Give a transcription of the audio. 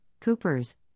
Coopers